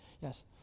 Yes